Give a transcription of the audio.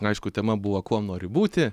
aišku tema buvo kuom noriu būti